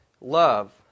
love